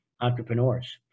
entrepreneurs